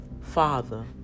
Father